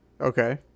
Okay